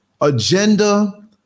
agenda